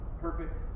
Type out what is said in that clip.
Perfect